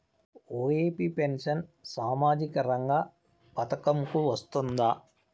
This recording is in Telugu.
ఒ.ఎ.పి పెన్షన్ సామాజిక రంగ పథకం కు వస్తుందా?